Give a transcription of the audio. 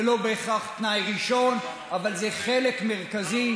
זה לא בהכרח תנאי ראשון, אבל זה חלק מרכזי.